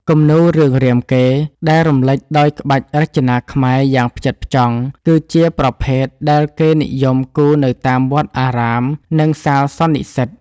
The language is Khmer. គំនូរ រឿងរាមកេរ្តិ៍ ដែលរំលេចដោយក្បាច់រចនាខ្មែរយ៉ាងផ្ចិតផ្ចង់ គឺជាប្រភេទដែលគេនិយមគូរនៅតាមវត្តអារាម និងសាលសន្និសីទ។